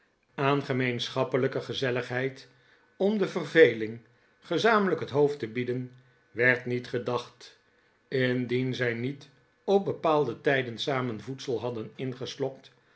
gemeenschappelijke gezelligheid om de verveling gezamenlijk het hoofd te bieden werd niet gedacht indien zij niet op bepaalde tijden samen voedsel hadden ingeslokt